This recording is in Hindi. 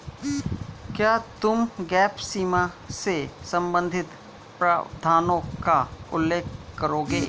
क्या तुम गैप सीमा से संबंधित प्रावधानों का उल्लेख करोगे?